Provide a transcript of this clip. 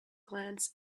glance